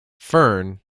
fern